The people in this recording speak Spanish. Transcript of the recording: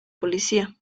policía